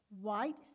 white